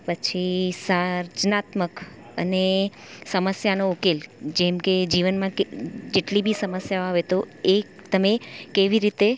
પછી સાચનાત્મક અને સમસ્યાનો ઉકેલ જેમ કે જીવનમાં જેટલી બી સમસ્યા આવે તો એક તમે કેવી રીતે